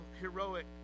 heroic